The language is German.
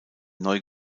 neu